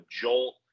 jolt